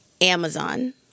Amazon